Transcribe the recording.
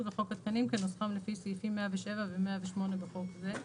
וחוק התקנים כנוסחם לפי סעיפים 107 ו- 108 בחוק זה.